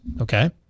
Okay